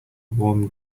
warm